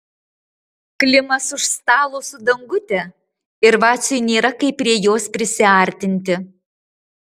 klimas už stalo su dangute ir vaciui nėra kaip prie jos prisiartinti